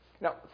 Now